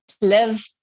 live